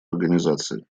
организации